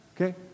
Okay